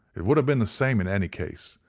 it would have been the same in any case,